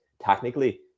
technically